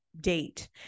date